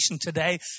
today